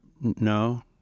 No